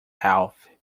health